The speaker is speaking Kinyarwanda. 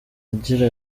agira